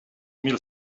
mil